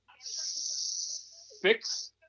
six